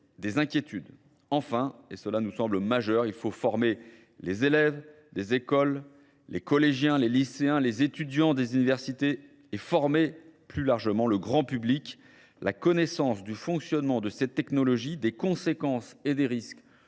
des inquiétudes. Enfin, et cela nous semble majeur, il faut former les élèves, les écoles, les collégiens, les lycéens, les étudiants des universités et former plus largement le grand public la connaissance du fonctionnement de ces technologies, des conséquences et des risques